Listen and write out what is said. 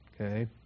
Okay